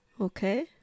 Okay